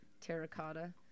terracotta